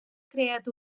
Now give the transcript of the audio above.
creat